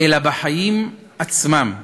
אלא בחיים עצמם.